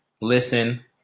listen